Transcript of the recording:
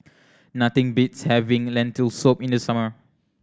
nothing beats having Lentil Soup in the summer